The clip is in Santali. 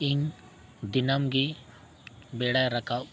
ᱤᱧ ᱫᱤᱱᱟᱹᱢ ᱜᱮ ᱵᱮᱲᱟᱭ ᱨᱟᱠᱟᱵ